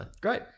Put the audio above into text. Great